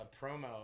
promo